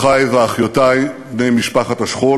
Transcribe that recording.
אחי ואחיותי בני משפחת השכול.